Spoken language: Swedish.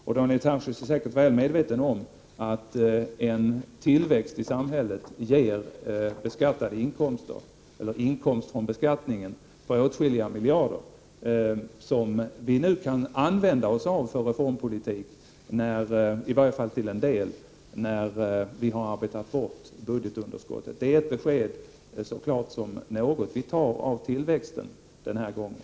Daniel Tarschys är säkert väl medveten om att en tillväxt i samhället ger inkomster från beskattningen på åtskilliga miljarder som vi nu kan använda oss av för reformpolitik, åtminstone till en del, nu när vi har arbetat bort budgetunderskottet. Det är ett besked så klart som något. Vi tar av tillväxten den här gången.